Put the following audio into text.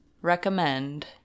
recommend